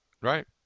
Right